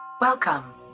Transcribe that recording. welcome